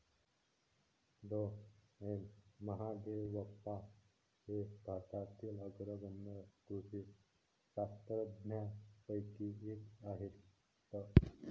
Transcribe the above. डॉ M Mahadevappa हे भारतातील अग्रगण्य कृषी शास्त्रज्ञांपैकी एक आहेत